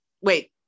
Wait